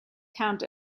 count